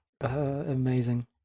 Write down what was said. Amazing